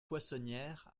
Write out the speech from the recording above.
poissonnière